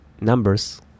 numbers